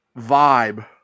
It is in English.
vibe